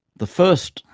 the first,